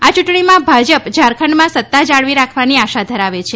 આ ચૂંટણીમાં ભાજપ ઝારખંડમાં સત્તા જાળવી રાખવાની આશા ધરાવે છે